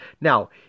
Now